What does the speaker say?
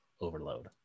Overload